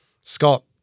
Scott